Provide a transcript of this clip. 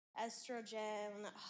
Estrogen